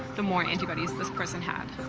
the more antibodies this person had.